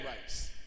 rights